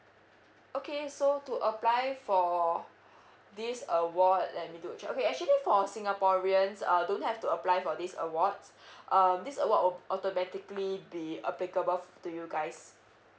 okay so to apply for this award let me do a check okay actually for singaporeans uh don't have to apply for these awards um this award automatically be applicable to you guys